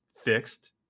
fixed